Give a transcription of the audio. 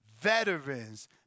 veterans